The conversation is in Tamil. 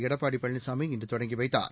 எடப்பாடி பழனிசாமி இன்று தொடங்கி வைத்தார்